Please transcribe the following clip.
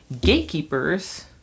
gatekeepers